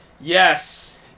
Yes